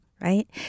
right